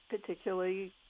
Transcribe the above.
particularly